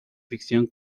ficción